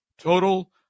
total